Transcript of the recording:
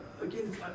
again